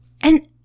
and-